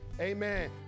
Amen